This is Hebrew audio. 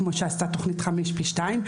כמו שעשתה תכנית חמש פי שניים,